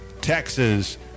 Texas